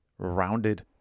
rounded